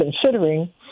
considering